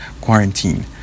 quarantine